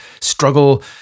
struggle